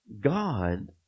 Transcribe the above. God